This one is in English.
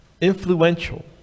influential